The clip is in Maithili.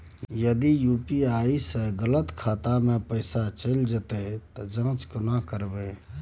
यदि यु.पी.आई स गलत खाता मे पैसा चैल जेतै त केना जाँच करबे?